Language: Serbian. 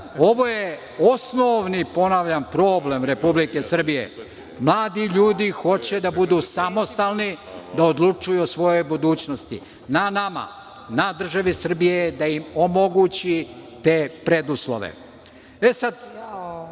ovo je osnovni problem Republike Srbije. Mladi ljudi hoće da budu samostalni, da odlučuju o svojoj budućnosti. Na nama, na državi Srbije je da im omogući te preduslove. Ovo